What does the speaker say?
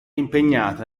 impegnata